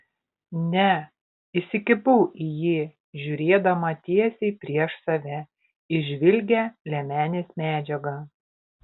ne įsikibau į jį žiūrėdama tiesiai prieš save į žvilgią liemenės medžiagą